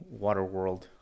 Waterworld